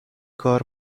کار